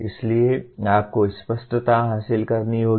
इसलिए आपको स्पष्टता हासिल करनी होगी